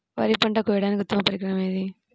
వరి పంట కోయడానికి ఉత్తమ పరికరం ఏది?